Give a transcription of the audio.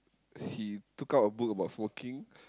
he took out a book about smoking